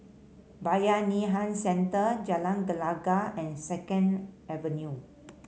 Bayanihan Centre Jalan Gelegar and Second Avenue